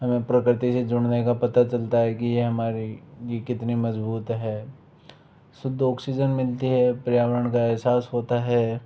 हमें प्रकृति से जुड़ने का पता चलता है कि यह हमारी यह कितनी मज़बूत है शुद्ध ऑक्सीजन मिलती है पर्यावरण का एहसास होता है